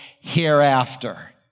hereafter